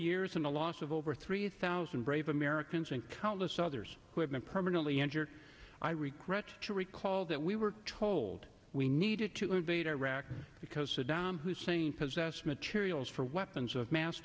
years in the loss of over three thousand brave americans and countless others who have been permanently injured i regret to recall that we were told we needed to invade iraq because saddam hussein possessed materials for weapons of mass